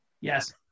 Yes